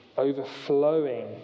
overflowing